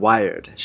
Wired